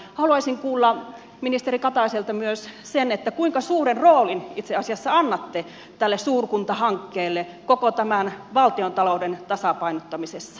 haluaisin kuulla ministeri kataiselta myös sen kuinka suuren roolin itse asiassa annatte tälle suurkuntahankkeelle koko tässä valtiontalouden tasapainottamisessa